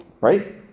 Right